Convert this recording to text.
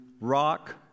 rock